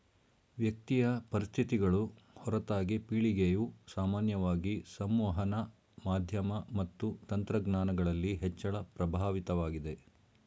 ವ್ಯಕ್ತಿಯ ಪರಿಸ್ಥಿತಿಗಳು ಹೊರತಾಗಿ ಪೀಳಿಗೆಯು ಸಾಮಾನ್ಯವಾಗಿ ಸಂವಹನ ಮಾಧ್ಯಮ ಮತ್ತು ತಂತ್ರಜ್ಞಾನಗಳಲ್ಲಿ ಹೆಚ್ಚಳ ಪ್ರಭಾವಿತವಾಗಿದೆ